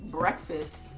breakfast